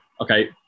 okay